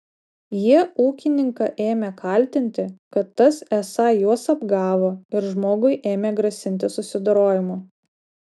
jie ūkininką ėmė kaltinti kad tas esą juos apgavo ir žmogui ėmė grasinti susidorojimu